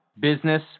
business